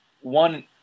one